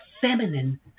feminine